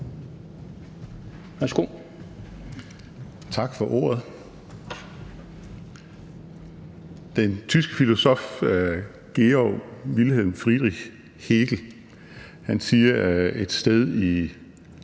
(LA): Tak for ordet. Den tyske filosof Georg Wilhelm Friedrich Hegel siger et sted i